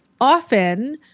often